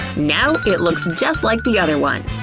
now it looks just like the other one!